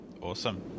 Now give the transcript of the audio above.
Awesome